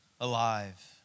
alive